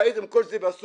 אתם ראיתם כל זה בסוריה.